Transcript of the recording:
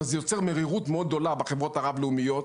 אבל זה יוצר מרירות גדולה מאוד בחברות הרב לאומיות,